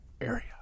Area